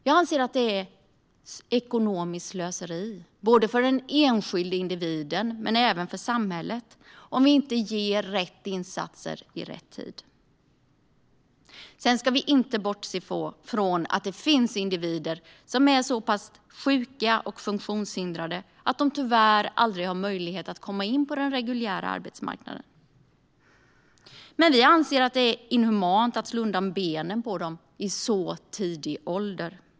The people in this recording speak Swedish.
Jag anser att det är ekonomiskt slöseri, både för den enskilda individen och för samhället, om vi inte ger rätt insatser i rätt tid. Sedan ska vi inte bortse från att det finns individer som är så pass sjuka och funktionshindrade att de tyvärr aldrig har möjlighet att komma in på den reguljära arbetsmarknaden. Vi anser dock att det är inhumant att slå undan benen på dem i så tidig ålder.